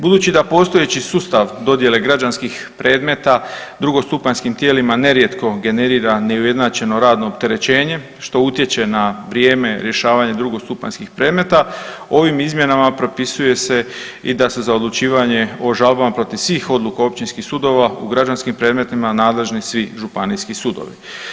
Budući da postojeći sustav dodjele građanskih predmeta drugostupanjskim tijelima nerijetko generira neujednačeno radno opterećenje što utječe na vrijeme rješavanja drugostupanjskih predmeta, ovim izmjenama propisuje se i da se za odlučivanje o žalbama protiv svih odluka općinskih sudova u građanskim predmetima nadležni svi županijski sudovi.